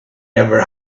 never